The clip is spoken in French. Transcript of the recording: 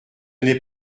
n’est